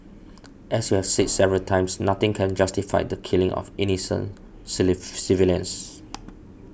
as we have said several times nothing can justify the killing of innocent civilians